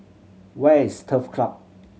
where is Turf Club